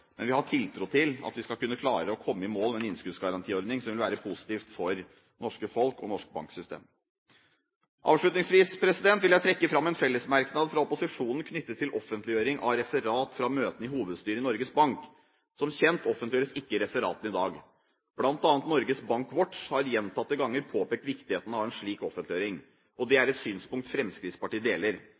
men vi har tiltro til at vi skal kunne klare å komme i mål med en innskuddsgarantiordning som vil være positiv for det norske folk og det norske banksystemet. Avslutningsvis vil jeg trekke fram en fellesmerknad fra opposisjonen knyttet til offentliggjøring av referat fra møtene i hovedstyret i Norges Bank. Som kjent offentliggjøres ikke referatene i dag. Blant annet Norges Bank Watch har gjentatte ganger påpekt viktigheten av en slik offentliggjøring. Det er et synspunkt Fremskrittspartiet deler.